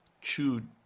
chewed